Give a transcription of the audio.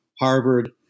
Harvard